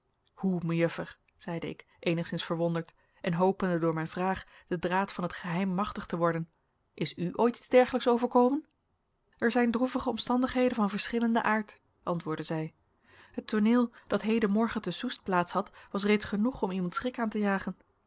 hoe mejuffer zeide ik eenigszins verwonderd en hopende door mijn vraag den draad van het geheim machtig te worden is u ooit iets dergelijks overkomen er zijn droevige omstandigheden van verschillenden aard antwoordde zij het tooneel dat hedenmorgen te soest plaats had was reeds genoeg om iemand schrik aan te jagen